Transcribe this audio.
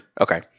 okay